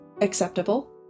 acceptable